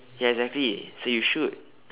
ya exactly so you should